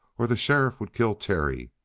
or the sheriff would kill terry.